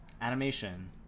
animation